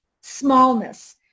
smallness